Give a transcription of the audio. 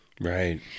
Right